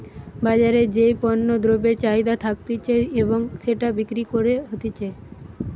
বাজারে যেই পণ্য দ্রব্যের চাহিদা থাকতিছে এবং সেটা বিক্রি করা হতিছে